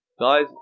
guys